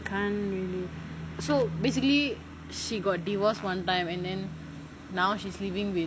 can't so basically she got divorce one time and then now she's living with